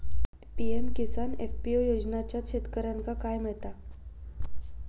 PM Kisan FPO योजनाच्यात शेतकऱ्यांका काय मिळता?